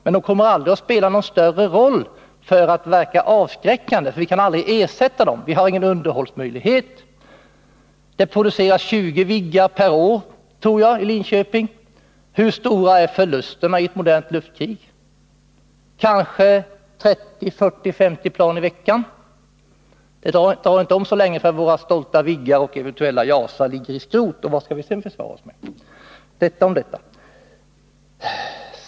Men de kommer aldrig att spela någon större roll för att verka avskräckande, för vi kan aldrig ersätta dem och vi har ingen underhållsmöjlighet. Det produceras 20 Viggar per år i Linköping, tror jag. Men hur stora är förlusterna i ett modernt luftkrig? Jo, kanske 30, 40 eller 50 plan i veckan. Det tar alltså inte så lång tid förrän våra stolta Viggar och eventuella JAS-ar ligger som skrot, och vad skall vi sedan försvara oss med?